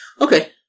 Okay